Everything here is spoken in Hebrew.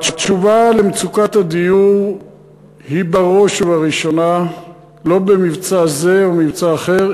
התשובה למצוקת הדיור היא בראש ובראשונה לא במבצע זה או במבצע אחר,